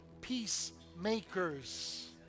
peacemakers